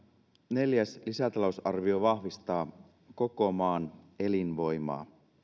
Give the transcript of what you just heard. neljäs lisätalousarvio vahvistaa koko maan elinvoimaa